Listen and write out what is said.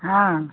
हँ